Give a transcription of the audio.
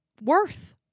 worth